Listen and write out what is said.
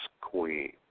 queen